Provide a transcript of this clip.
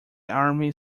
army